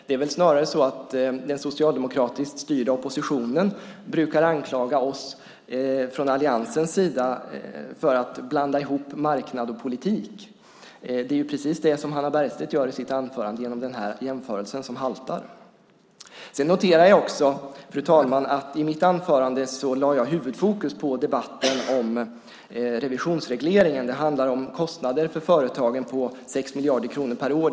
Det är väl snarare så att den socialdemokratiskt styrda oppositionen brukar anklaga oss i alliansen för att blanda ihop marknad och politik. Men det är precis det Hannah Bergstedt gör i sitt anförande genom den här jämförelsen som haltar. Jag noterar också, fru talman, att jag i mitt anförande lade huvudfokus på debatten om revisionsregleringen. Det handlar om kostnader för företagen på 6 miljarder kronor per år.